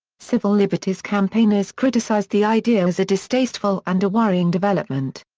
civil liberties campaigners criticized the idea as a distasteful and a worrying development.